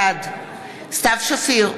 בעד סתיו שפיר,